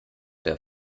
der